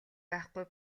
байхгүй